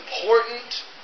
important